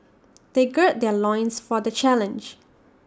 they gird their loins for the challenge